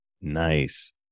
Nice